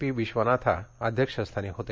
P विद्वनाथा अध्यक्षस्थानी होते